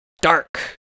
dark